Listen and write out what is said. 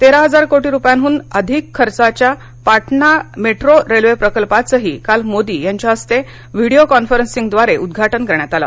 तेरा हजार कोटी रुपयांहून अधिक खर्चाच्या पाटणा मेट्रो रेल्वे प्रकल्पाचंही काल मोदी यांच्या हस्ते व्हिडिओ कॉन्फरन्सिंगद्वारे उद्घाटन करण्यात आलं